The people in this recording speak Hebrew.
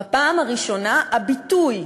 בפעם הראשונה הביטוי,